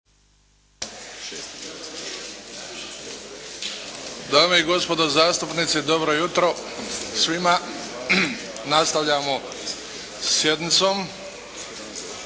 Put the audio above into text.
Dame i gospodo zastupnici, dobro jutro svima. Nastavljamo sa sjednicom.